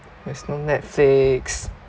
there's no netflix